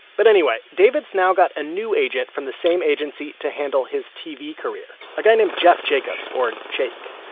but anyway, david's now got a new agent from the same agency to handle his tv career a guy named jeff jacobs or jake.